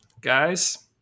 guys